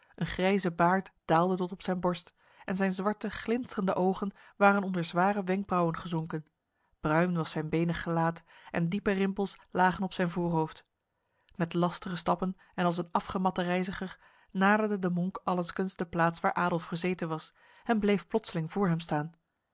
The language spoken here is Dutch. een grijze baard daalde tot op zijn borst en zijn zwarte glinsterende ogen waren onder zware wenkbrauwen gezonken bruin was zijn benig gelaat en diepe rimpels lagen op zijn voorhoofd met lastige stappen en als een afgematte reiziger naderde de monnik allengskens de plaats waar adolf gezeten was en bleef plotseling voor hem staan